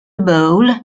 bowl